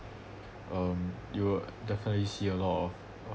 um you'll definitely see a lot of